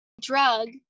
drug